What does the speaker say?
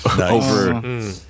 over